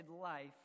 life